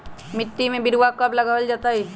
मिट्टी में बिरवा कब लगवल जयतई?